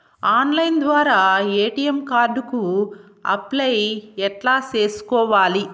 Online ద్వారా ATM card కు apply ఎట్లా సేసుకోవాలి?